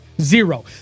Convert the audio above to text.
Zero